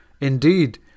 Indeed